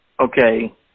okay